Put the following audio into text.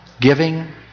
giving